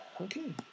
Okay